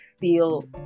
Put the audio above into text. feel